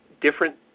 different